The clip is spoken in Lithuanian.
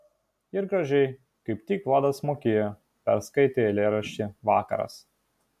ir gražiai kaip tik vladas mokėjo perskaitė eilėraštį vakaras